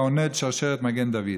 העונד שרשרת מגן דוד.